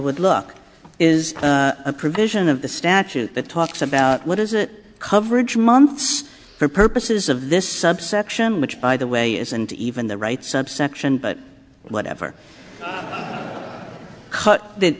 would look is a provision of the statute that talks about what is it coverage months for purposes of this subsection which by the way isn't even the right subsection but whatever cut that